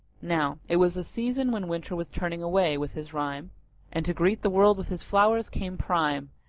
now it was the season when winter was turning away with his rime and to greet the world with his flowers came prime,